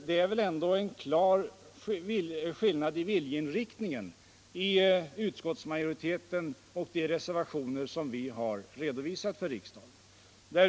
Det är väl ändå en klar skillnad i viljeinriktning hos utskottsmajoriteten och i de reservationer som vi har redovisat för riksdagen.